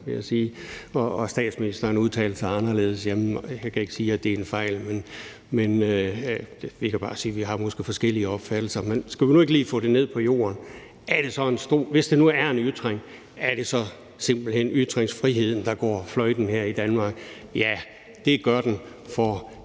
Statsministeren udtalte sig anderledes, og jeg kan ikke sige, at det er en fejl, men jeg kan bare sige, at vi måske har forskellige opfattelser. Men skulle vi nu ikke lige få det ned på jorden? Hvis det nu er en ytring, er det så simpelt hen ytringsfriheden, der går fløjten her i Danmark? Ja, det gør den for